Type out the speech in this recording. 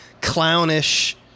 clownish